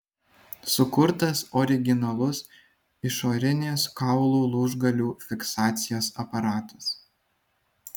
sukurtas originalus išorinės kaulų lūžgalių fiksacijos aparatas